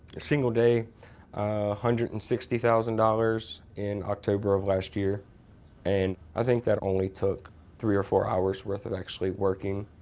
a single day, one hundred and sixty thousand dollars in october of last year and i think that only took three or four hours worth of actually working.